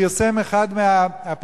פרסם אחד מהפרופסורים